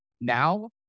Now